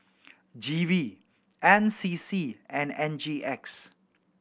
G V N C C and N G X